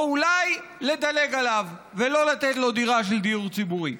או אולי לדלג עליו ולא לתת לו דירה של דיור ציבורי.